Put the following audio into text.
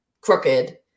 crooked